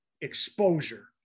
exposure